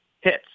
hits